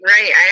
Right